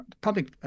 public